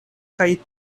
kaj